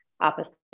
opposite